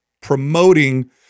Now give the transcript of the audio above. promoting